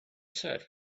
said